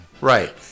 Right